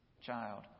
child